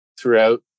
throughout